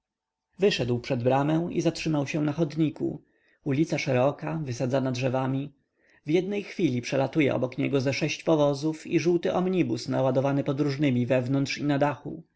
wyszedł przed bramę i zatrzymał się na chodniku ulica szeroka wysadzona drzewami w jednej chwili przelatuje około niego ze sześć powozów i żółty omnibus naładowany podróżnymi wewnątrz i na dachu